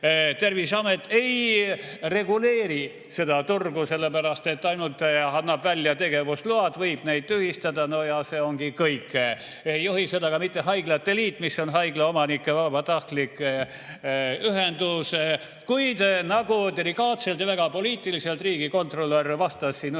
Terviseamet ei reguleeri seda turgu, sellepärast et ta ainult annab välja tegevusload, võib neid tühistada, no ja see ongi kõik. Ei juhi seda ka haiglate liit, mis on haiglaomanike vabatahtlik ühendus. Kuid nagu delikaatselt ja väga poliitiliselt riigikontrolör vastas siin ühele